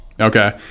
okay